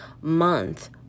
month